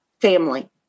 family